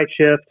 shift